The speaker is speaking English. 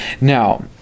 Now